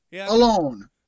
alone